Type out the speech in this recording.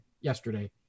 yesterday